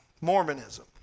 Mormonism